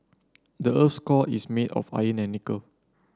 the earth's core is made of iron and nickel